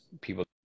people